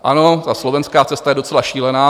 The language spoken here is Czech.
Ano, ta slovenská cesta je docela šílená.